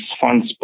funds